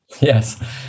Yes